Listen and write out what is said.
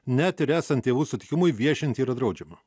net ir esant tėvų sutikimui viešinti yra draudžiama